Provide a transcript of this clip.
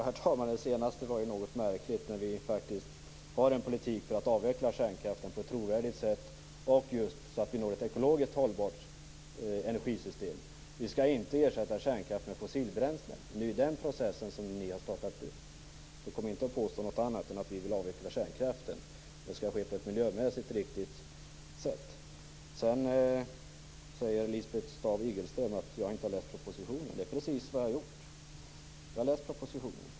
Herr talman! Det senaste var något märkligt, eftersom vi faktiskt har en politik för att avveckla kärnkraften på ett trovärdigt sätt, dvs. så att vi når just ett ekologiskt hållbart energisystem. Vi skall inte ersätta kärnkraft med fossilbränsle. Det är ju den processen som ni har startat nu. Kom inte och påstå något annat än att vi vill avveckla kärnkraften! Det skall dock ske på ett miljömässigt riktigt sätt. Sedan säger Lisbeth Staaf-Igelström att jag inte har läst propositionen. Det är precis vad jag har gjort. Jag har läst propositionen.